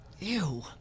Ew